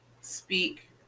Speak